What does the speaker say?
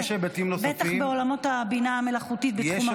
בטח בעולמות הבינה המלאכותית בתחום הרפואה.